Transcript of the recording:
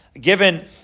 given